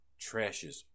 trashes